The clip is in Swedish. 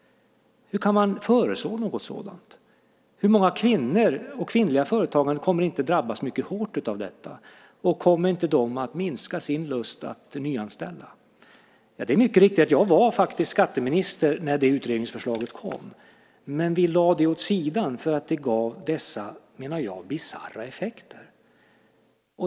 Hur kan man föreslå något sådant? Hur många kvinnor och kvinnliga företagare kommer inte att drabbas mycket hårt av detta? Kommer inte det att minska deras lust att nyanställa? Det är mycket riktigt att jag var skatteminister när det utredningsförslaget kom. Men vi lade det åt sidan eftersom det gav dessa, menar jag, bisarra effekter.